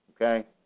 Okay